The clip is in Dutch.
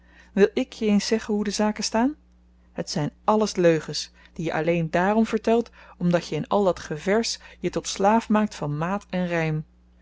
wil ik je eens zeggen hoe de zaken staan het zyn alles leugens die je alleen dààrom vertelt omdat je in al dat gevèrs je tot slaaf maakt van maat en rym